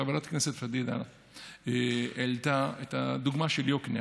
חברת הכנסת פדידה העלתה את הדוגמה של יקנעם.